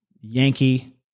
Yankee